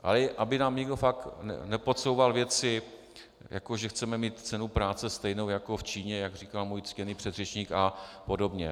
Ale aby nám někdo fakt nepodsouval věci, jako že chceme mít cenu práce stejnou jako v Číně, jak říkal můj ctěný předřečník, a podobně.